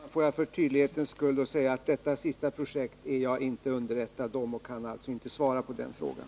Herr talman! Låt mig för tydlighetens skull säga: Detta sista projekt är jag Om lokaliseringsinte underrättad om, och jag kan alltså inte svara på den frågan.